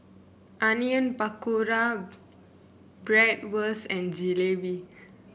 Onion Pakora Bratwurst and Jalebi